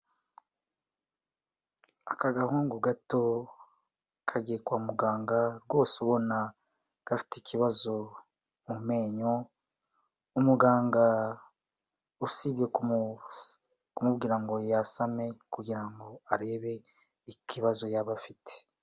Aka gahungu gato kagiye kwa muganga rwose ubona gafite ikibazo mu menyo, umuganga usibye kumubwira ngo yasame kugira ngo arebe ikibazo yaba afite.